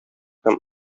һәм